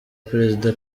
perezida